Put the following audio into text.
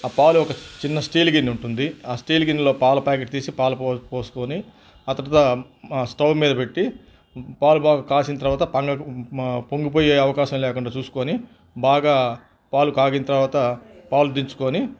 ఆ పాలు ఒక చిన్న స్టీల్ గిన్నుంటుంది ఆ స్టీల్ గిన్నెలో పాల ప్యాకెట్ తీసి పాలు పోసుకొని ఆ తరువాత స్టవ్ మీద పెట్టి పాలు బాగా కాసిన తరువాత పొంగిపోయే అవకాశం లేకుండా చూసుకొని బాగా పాలు కాగిన తరువాత పాలు దించుకొని